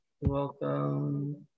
Welcome